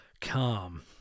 calm